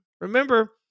Remember